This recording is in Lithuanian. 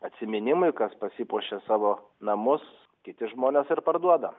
atsiminimui kas pasipuošia savo namus kiti žmonės ir parduoda